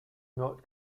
not